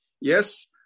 Yes